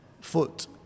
foot